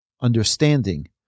understanding